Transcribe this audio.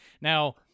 Now